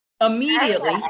Immediately